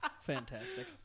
Fantastic